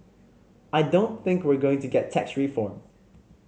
I don't think we're going to get tax reform